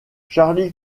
charlie